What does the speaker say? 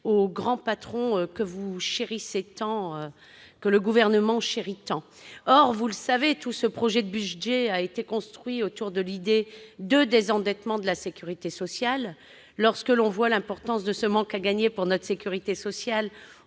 aux grands patrons, que le Gouvernement chérit tant ... Or, vous le savez, ce projet de budget tout entier a été construit autour de l'idée de désendettement de la sécurité sociale. Lorsqu'on voit l'importance de ce manque à gagner pour notre sécurité sociale,